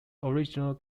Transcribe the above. original